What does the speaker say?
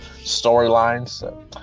storylines